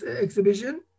exhibition